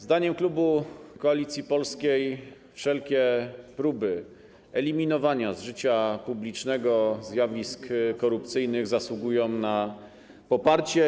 Zdaniem klubu Koalicji Polskiej wszelkie próby eliminowania z życia publicznego zjawisk korupcyjnych zasługują na poparcie.